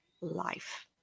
life